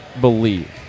believe